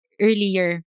earlier